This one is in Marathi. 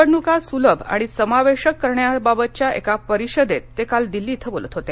निवडणुका सुलभ आणि समावेशक करण्याबाबतच्या एका परिषदेत ते दिल्ली इथं बोलत होते